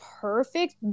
perfect